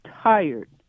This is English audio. tired